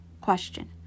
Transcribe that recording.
question